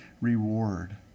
reward